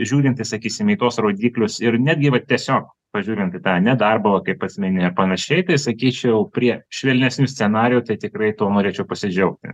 žiūrint į sakysim į tuos rodiklius ir netgi va tiesiog pažiūrint į tą nedarbo kaip asmeninį ir panašiai tai sakyčiau prie švelnesnių scenarijų tai tikrai tuo norėčiau pasidžiaugti